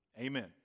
Amen